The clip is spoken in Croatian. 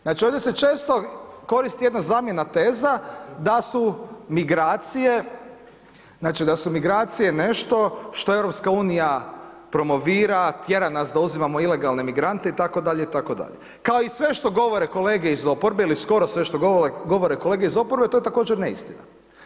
Znači ovdje se često koristi jedna zamjena teza da su migracije znači da su migracije nešto što EU promovira, tjera nas da uzimamo ilegalne migrante, kao i sve što govore kolege iz oporbe ili skoro sve što govore kolege iz oporbe to je također neistina.